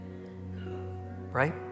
right